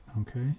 Okay